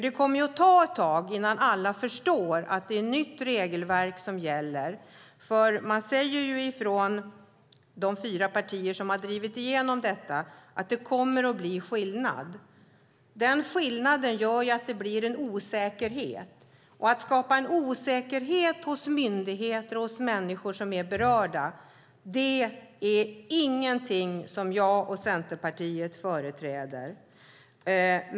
Det kommer ju att ta ett tag innan alla förstår att det är ett nytt regelverk som gäller. De fyra partier som har drivit igenom detta säger att det kommer att bli skillnad. Den skillnaden gör att det blir en osäkerhet. Att skapa en osäkerhet hos myndigheter och berörda människor är ingenting som jag och Centerpartiet företräder.